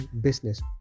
business